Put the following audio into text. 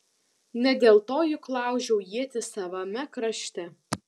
ne dėl to juk laužiau ietis savame krašte